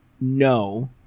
no